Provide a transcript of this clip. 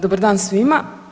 Dobar dan svima.